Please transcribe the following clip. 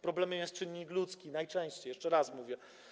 Problemem jest czynnik ludzki, najczęściej, jeszcze raz mówię.